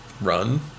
run